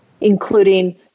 including